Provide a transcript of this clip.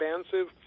expansive